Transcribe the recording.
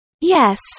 Yes